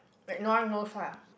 like no one knows lah